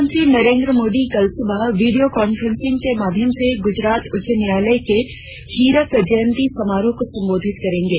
प्रधानमंत्री नरेन्द्र मोदी कल सुबह वीडियो कान्फ्रेंसिंग के माध्यम से गुजरात उच्च न्यायालय के हीरक जयंती समारोह को सम्बोधित करेंगे